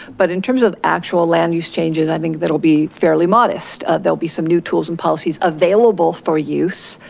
but in terms of actual land use changes, i think that'll be fairly modest. there'll be some new tools and policies available for use.